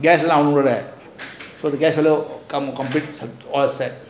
guest lah over there so the guest come complete all set